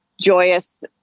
joyous